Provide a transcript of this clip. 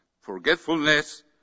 forgetfulness